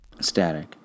static